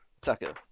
Tucker